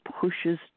pushes